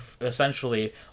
essentially